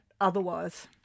otherwise